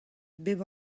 bep